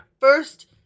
First